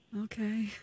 Okay